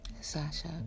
Sasha